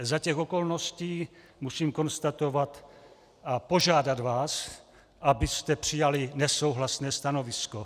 Za těch okolností musím konstatovat a požádat vás, abyste přijali nesouhlasné stanovisko.